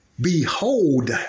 behold